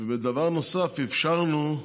דבר נוסף, אפשרנו,